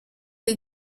che